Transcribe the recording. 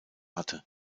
hatte